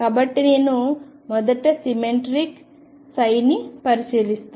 కాబట్టి నేను మొదట సిమెట్రిక్ ని పరిశీలిస్తాను